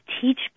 teach